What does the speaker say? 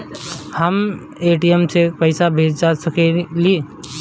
का हम ए.टी.एम से पइसा भेज सकी ले?